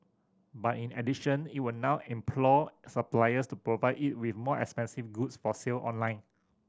but in addition it will now implore suppliers to provide it with more expensive goods for sale online